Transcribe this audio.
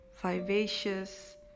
vivacious